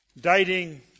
dating